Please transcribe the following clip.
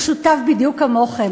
הוא שותף בדיוק כמוכם.